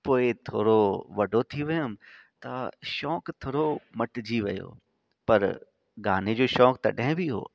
पोइ थोरो वॾो थी वियुमि त शौक़ु थोरो मटिजी वियो पर गाने जो शौक़ु तॾहिं बि हुओ